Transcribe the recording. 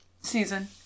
season